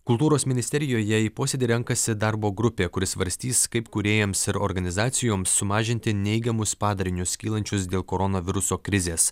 kultūros ministerijoje į posėdį renkasi darbo grupė kuri svarstys kaip kūrėjams ir organizacijoms sumažinti neigiamus padarinius kylančius dėl koronaviruso krizės